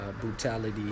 brutality